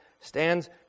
stands